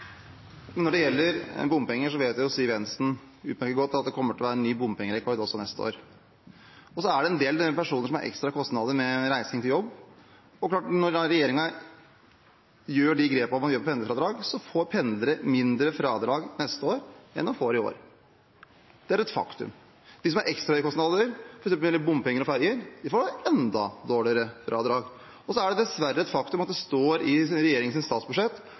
Når det gjelder bompenger, vet Siv Jensen utmerket godt at det kommer til å bli en ny bompengerekord også neste år. Det en del personer som har ekstra kostnader i forbindelse med reising til jobb, og når regjeringen da tar de grepene de tar når det gjelder pendlerfradrag, får pendlere mindre fradrag neste år enn de får i år. Det er et faktum. De som har ekstra høye kostnader, f.eks. når det gjelder bompenger eller ferjer, får enda mindre fradrag. Så er det dessverre et faktum at det står i regjeringens statsbudsjett